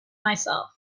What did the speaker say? myself